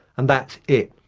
and that's it.